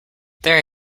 there